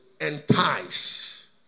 entice